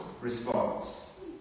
response